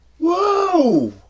Whoa